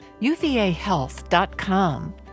uvahealth.com